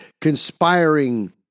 conspiring